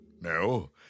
no